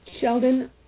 Sheldon